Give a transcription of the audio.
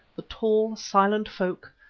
the tall, silent folk,